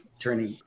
turning